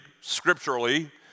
scripturally